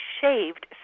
shaved